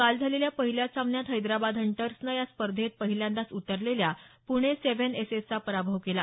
काल झालेल्या पहिल्याच सामन्यात हैद्राबाद हंटर्सनं या स्पर्धेत पहिल्यांदाच उतरलेल्या पुणे सेव्हन एसेस चा पराभव केला